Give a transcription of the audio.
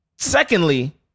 Secondly